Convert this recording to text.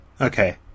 Okay